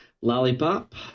Lollipop